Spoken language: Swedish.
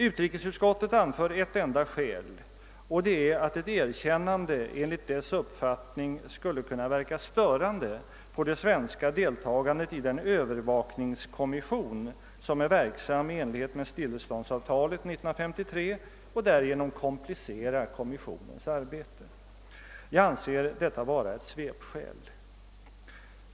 Utrikesutskottet anför ett enda skäl, och det är att ett erkännande enligt dess uppfattning skulle kunna verka störande på det svenska deltagandet i den övervakningskommission, som är verksam i enlighet med stilleståndsavtalet av 1953, och därigenom komplicera kommissionens arbete. Jag anser detta vara ett svepskäl.